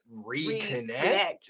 reconnect